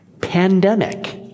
Pandemic